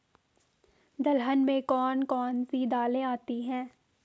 दलहन में कौन कौन सी दालें आती हैं?